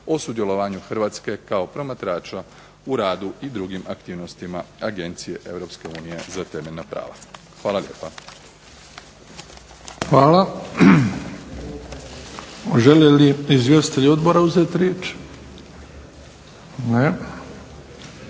o sudjelovanju Hrvatske kao promatrača u radu i drugim aktivnostima Agencije Europske unije za temeljna prava. Hvala lijepa. **Bebić, Luka (HDZ)** Hvala. Žele li izvjestitelji Odbora uzeti riječ? Ne.